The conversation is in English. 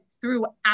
throughout